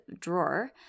drawer